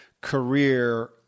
career